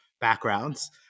backgrounds